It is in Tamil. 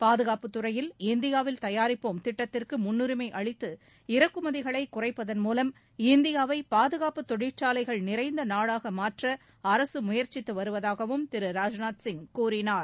பாதுகாப்புத் துறையில் இந்தியாவில் தயாரிப்போம் திட்டத்திற்கு முன்னுரிமம அளித்து இறக்குமதிகளைக் குறைப்பதன் மூலம் இந்தியாவை பாதுகாப்புத் தொழிற்சாலைகள் நிறைந்த நாடாக மாற்ற அரசு முயற்சித்து வருவதாகவும் திரு ராஜ்நாத்சிங் கூறினார்